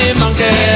monkey